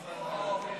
רק שנייה, יש פה תקלה.